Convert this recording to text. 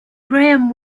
graham